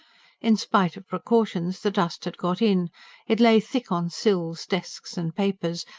in spite of precautions the dust had got in it lay thick on sills, desks and papers,